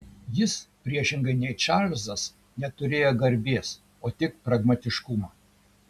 jis priešingai nei čarlzas neturėjo garbės o tik pragmatiškumą